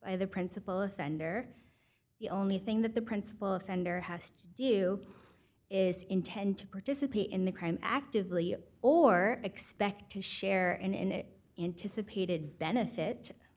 by the principal offender the only thing that the principal offender has to do is intend to participate in the crime actively or expect to share and